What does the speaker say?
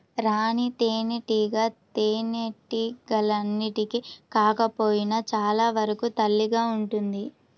రాణి తేనెటీగ తేనెటీగలన్నింటికి కాకపోయినా చాలా వరకు తల్లిగా ఉంటుంది